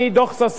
דוח-ששון,